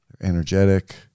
energetic